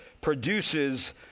produces